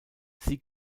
sie